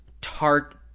tart